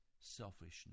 selfishness